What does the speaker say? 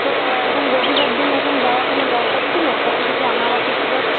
তো এখন রবিবার দিন এখন যাওয়ার কোনো দরকার ছিল কত কিছু আনা বাকি ছিল